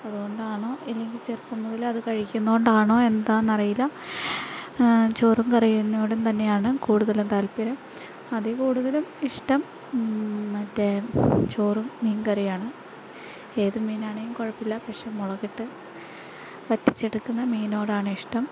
അതുകൊണ്ടാണോ അല്ലെങ്കിൽ ചെറുപ്പം മുതലേ അത് കഴിക്കുന്നത് കൊണ്ടാണോ എന്താണെന്നറിയില്ല ചോറും കറികളോടും തന്നെയാണ് കൂടുതലും താൽപര്യം അതിൽ കൂടുതലും ഇഷ്ടം മറ്റേ ചോറും മീൻകറിയുമാണ് ഏതു മീനാണെങ്കിലും കുഴപ്പില്ല പക്ഷെ മുളകിട്ടു വറ്റിച്ചെടുക്കുന്ന മീനോടാണിഷ്ടം